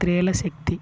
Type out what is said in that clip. స్తీల శక్తి